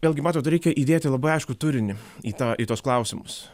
vėlgi matot reikia įdėti labai aiškų turinį į tą į tuos klausimus